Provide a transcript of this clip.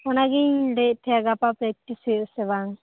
ᱚᱱᱟᱜᱮᱧ ᱞᱟᱹᱭᱮᱫ ᱛᱟᱦᱮᱸᱜ ᱜᱟᱯᱟ ᱯᱮᱠᱴᱤᱥ ᱦᱩᱭᱩᱜᱼᱟ ᱥᱮ ᱵᱟᱝ